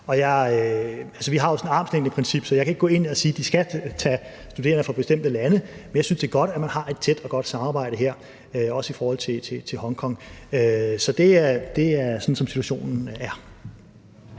vi har jo sådan et armslængdeprincip, så jeg kan ikke gå ind og sige, at de skal tage studerende fra bestemte lande, men jeg synes, det er godt, at man har et tæt og godt samarbejde her, også i forhold til Hongkong. Så det er sådan, som situationen er.